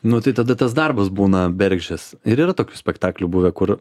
nu tai tada tas darbas būna bergždžias ir yra tokių spektaklių buvę kur